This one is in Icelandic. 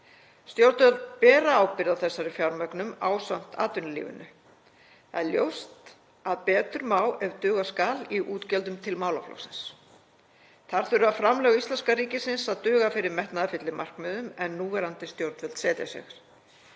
Stjórnvöld bera ábyrgð á þessari fjármögnun ásamt atvinnulífinu. Ljóst er að betur má ef duga skal í útgjöldum til málaflokksins. Þar þurfa framlög íslenska ríkisins að duga fyrir metnaðarfyllri markmiðum en núverandi stjórnvöld setja sér.